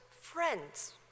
friends